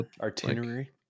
Artillery